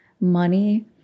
money